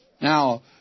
Now